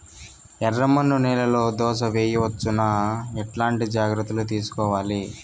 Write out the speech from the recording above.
ఎర్రమన్ను నేలలో దోస వేయవచ్చునా? ఎట్లాంటి జాగ్రత్త లు తీసుకోవాలి?